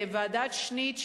ועדת-שניט,